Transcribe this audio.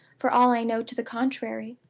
for all i know to the contrary.